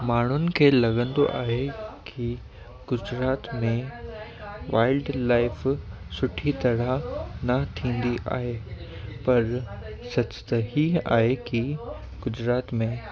माण्हुनि खे लॻंदो आहे कि गुजरात में वाइल्ड लाइफ़ सुठी तरह न थींदी आहे पर स सचु त ई आहे कि गुजरात में